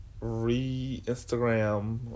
re-instagram